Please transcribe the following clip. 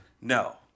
No